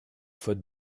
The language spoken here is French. faute